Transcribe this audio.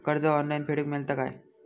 कर्ज ऑनलाइन फेडूक मेलता काय?